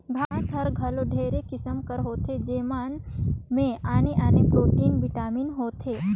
घांस हर घलो ढेरे किसिम कर होथे जेमन में आने आने प्रोटीन, बिटामिन होथे